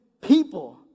people